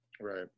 right